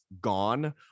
gone